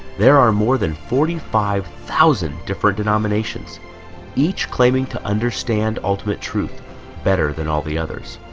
there are more than? forty five thousand different denominations each claiming to understand ultimate truth better than all the others